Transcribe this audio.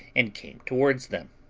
and came towards them.